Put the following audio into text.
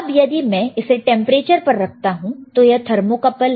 अब यदि मैं इसे टेंपरेचर पर रखता हूं तो यह थर्मोकपल है